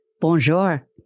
Bonjour